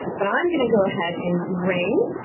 but i'm going to go ahead and bring,